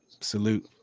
Salute